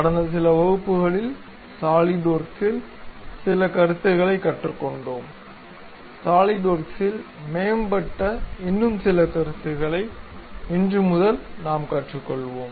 கடந்த சில வகுப்புகளில் சாலிட்வொர்க்ஸில் சில கருத்துகளைக் கற்றுக்கொண்டோம் சாலிட்வொர்க்ஸில் மேம்பட்ட இன்னும் சில கருத்துக்களை இன்று முதல் நாம் கற்றுக்கொள்வோம்